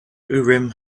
urim